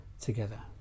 together